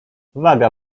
waga